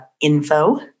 info